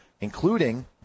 including